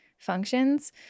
functions